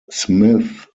smith